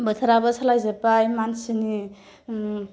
बोथोराबो सोलाय जोब्बाय मानसिनि